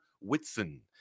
Whitson